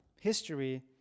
history